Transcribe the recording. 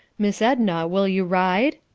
miss edna, will you ride?